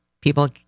people